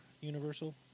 Universal